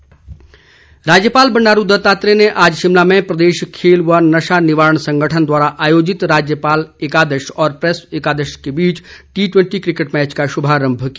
राज्यपाल राज्यपाल बंडारू दत्तात्रेय ने आज शिमला में प्रदेश खेल व नशा निवारण संगठन द्वारा आयोजित राज्यपाल एकादश और प्रैस एकादश के मध्य टी ट्वैंटी क्रिकेट मैच का शुभारंभ किया